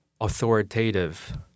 authoritative